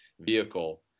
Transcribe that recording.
vehicle